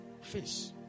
fish